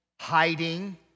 hiding